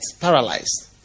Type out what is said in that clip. paralyzed